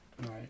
Right